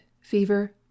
fever